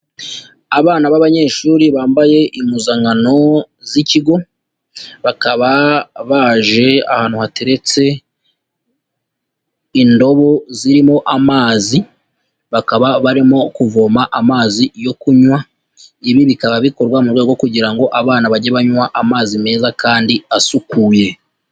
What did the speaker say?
Abana b'abanyeshuri bambaye impuzankano z'ikigo, bakaba baje ahantu hateretse indobo zirimo amazi, bakaba barimo kuvoma amazi yo kunywa, ibi bikaba bikorwa mu rwego kugira ngo abana bajye banywa amazi meza kandi asukuye.